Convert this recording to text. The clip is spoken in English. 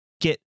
get